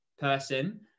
person